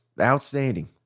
outstanding